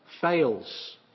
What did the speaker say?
fails